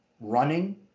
running